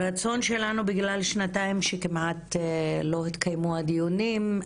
בגלל שנתיים שכמעט ולא התקיימו הדיונים,